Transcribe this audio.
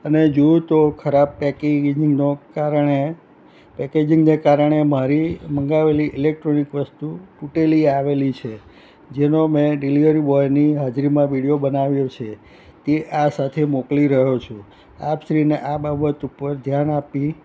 અને જોયું તો ખરાબ પેકિંગનો કારણે પેકેજિંગને કારણે મારી મંગાવેલી ઇલેક્ટ્રોનિક વસ્તુ તૂટેલી આવેલી છે જેનો મેં ડિલિવરી બોયની હાજરીમાં વિડીયો બનાવ્યો છે તે આ સાથે મોકલી રહ્યો છું આપશ્રીને આ બાબત ઉપર ધ્યાન આપી